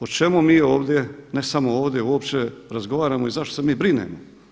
O čemu mi ovdje, ne samo ovdje uopće razgovaramo i za što se mi brinemo?